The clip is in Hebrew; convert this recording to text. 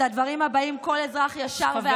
את הדברים הבאים כל אזרח ישר והגון,